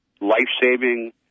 life-saving